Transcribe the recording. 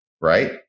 right